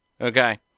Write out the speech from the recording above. Okay